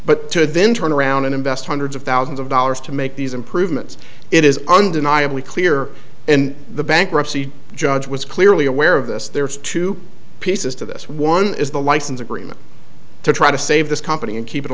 to then turn around and invest hundreds of thousands of dollars to make these improvements it is undeniably clear and the bankruptcy judge was clearly aware of this there's two pieces to this one is the license agreement to try to save this company and keep it